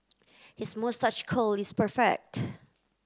his moustache curl is perfect